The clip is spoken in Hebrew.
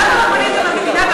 למה לא פניתם למדינה ואמרתם,